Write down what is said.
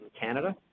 Canada